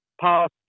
past